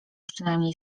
przynajmniej